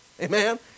Amen